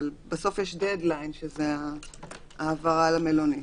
אבל בסוף יש דד-ליין שזה ההעברה למלונית.